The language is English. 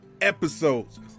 episodes